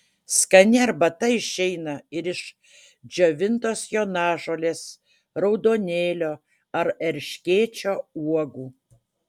skani arbata išeina ir iš džiovintos jonažolės raudonėlio ar erškėčio uogų